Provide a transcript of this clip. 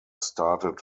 started